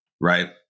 right